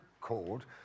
called